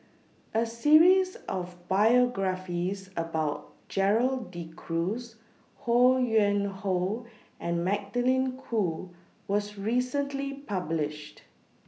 A series of biographies about Gerald De Cruz Ho Yuen Hoe and Magdalene Khoo was recently published